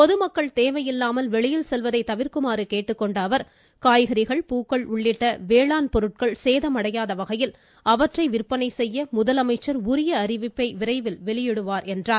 பொதுமக்கள் தேவையில்லாமல் வெளியில் தவிர்க்குமாறு கேட்டுக்கொண்ட அவர் காய்கறிகள் பூக்கள் உள்ளிட்ட வேளாண் பொருட்களை சேதமடையாத வகையில் அவந்றை விற்பனை செய்ய முதலமைச்சர் உரிய அறிவிப்பை வெளியிடுவார் என்றார்